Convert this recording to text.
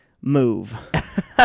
move